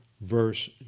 verse